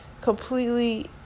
Completely